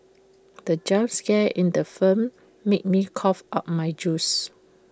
the jump scare in the film made me cough out my juice